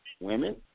women